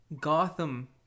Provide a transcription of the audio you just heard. Gotham